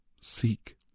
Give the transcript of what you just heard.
seek